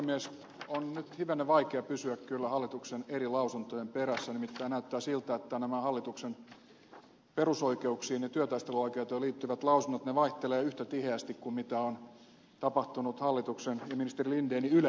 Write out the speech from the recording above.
on nyt hivenen vaikea pysyä kyllä hallituksen eri lausuntojen perässä nimittäin näyttää siltä että nämä hallituksen perusoikeuksiin ja työtaisteluoikeuteen liittyvät lausunnot vaihtelevat yhtä tiheästi kuin mitä on tapahtunut hallituksen ja ministeri lindenin yle kannoissa